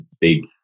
big